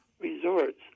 Resorts